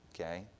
okay